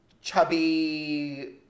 chubby